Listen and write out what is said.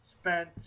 spent